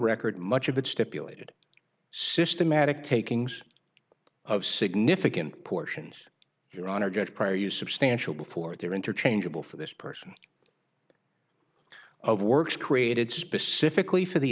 record much of it stipulated systematic takings of significant portions your honor just prior you substantial before they're interchangeable for this person of works created specifically for the